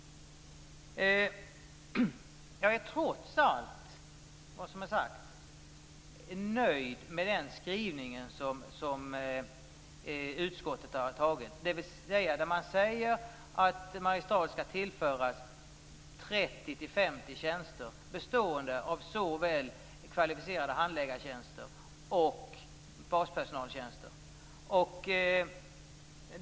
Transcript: Jag vill trots allt jag sagt framföra att jag är nöjd med utskottets skrivning om att Mariestad skall tillföras 30-50 tjänster, såväl kvalificerade handläggartjänster som baspersonaltjänster.